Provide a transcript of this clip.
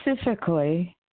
Specifically